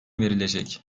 verilecek